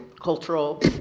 cultural